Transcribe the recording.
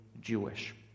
Jewish